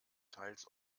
teils